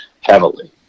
heavily